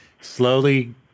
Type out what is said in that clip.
slowly